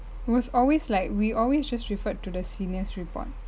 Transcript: was always like we always just referred to the seniors' report